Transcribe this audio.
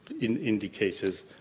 indicators